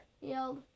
Yelled